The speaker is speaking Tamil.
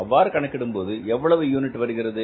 அவ்வாறு கணக்கிடும்போது எவ்வளவு யூனிட் வருகிறது